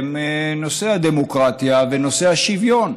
הן נושא הדמוקרטיה ונושא השוויון.